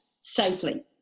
safely